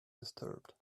disturbed